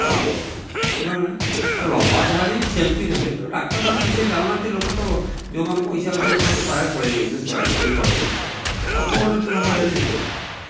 ଆଉ ନହେଲେ ନାହିଁ ଆ ଲମ୍ବା ଧାଡି ସେମିତି ନାହିଁ ଡାକ୍ତରଖାନା ବିଶେଷ ଯାଉନାହାଁନ୍ତି ଲୋକ ତ ଯେଉଁମାନେ ପଇସା ଅଛି ସେମାନେ ପ୍ରାୟ ପଳେଇ ଯାଉଛନ୍ତି ପ୍ରାଇଭେଟକୁ କଟକ ଭୁବନେଶ୍ଵର ଆଉ କ'ଣ ଏଠି ଲମ୍ବା ଧାଡି ଦେଖିବା